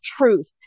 truth